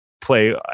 play